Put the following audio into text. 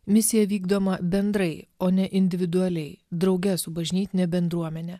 misija vykdoma bendrai o ne individualiai drauge su bažnytine bendruomene